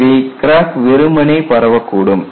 எனவே கிராக் வெறுமனே பரவக்கூடும்